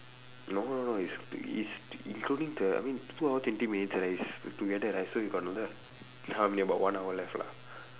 no no no it's to~ it's including the I mean two hour twenty minutes right is together right so we got another how many about one hour left lah